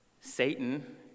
Satan